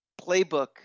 playbook